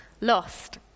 lost